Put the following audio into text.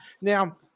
now